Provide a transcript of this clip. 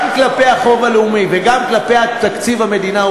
גם כלפי החוב הלאומי וגם כלפי תקציב המדינה,